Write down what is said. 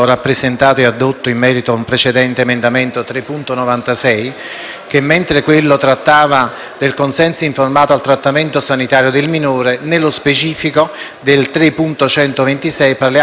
perché mentre quello trattava del consenso informato al trattamento sanitario del minore, nello specifico l'emendamento 3.126 tratta del consenso informato della persona interdetta ai sensi dell'articolo